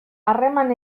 harreman